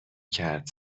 کرد